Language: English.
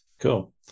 Cool